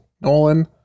Nolan